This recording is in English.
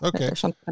okay